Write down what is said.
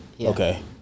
Okay